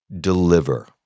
Deliver